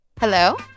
Hello